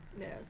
Yes